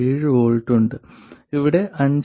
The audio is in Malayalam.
7 V ഉണ്ട് ഇവിടെ 5